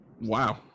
wow